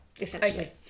essentially